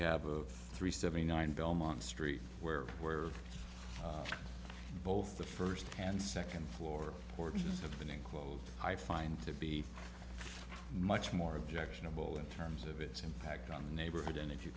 have of three seventy nine belmont street where we're both the first and second floor porches have been enclosed i find to be much more objectionable in terms of its impact on the neighborhood and if you